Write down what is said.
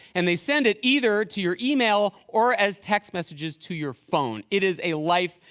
and they send it either to your email or as text messages to your phone. it is a like